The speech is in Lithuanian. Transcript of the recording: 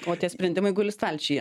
o tie sprendimai guli stalčiuje